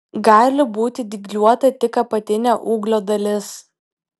gali būti dygliuota tik apatinė ūglio dalis